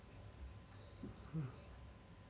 mm